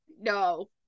No